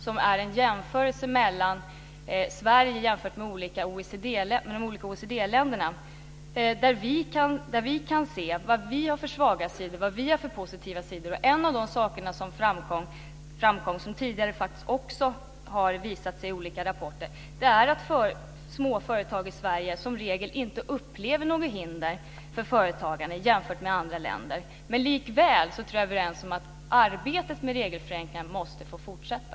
Den är en jämförelse mellan Sverige och de olika OECD-länderna där vi kan se vad vi har för svaga sidor och vad vi har för positiva sidor. En av de saker som framkom, och som också tidigare har visat sig i olika rapporter, är att små företag i Sverige i regel inte upplever något hinder för företagande jämfört med andra länder. Likväl är vi överens om att arbetet med regelförenklingar måste få fortsätta.